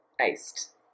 Iced